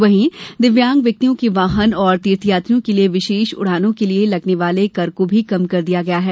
वहीं दिव्यांग व्यक्तियों के वाहन और तीर्थयात्रियों के लिये विशेष उड़ानों के लिये लगने वाले कर को भी कम किया गया है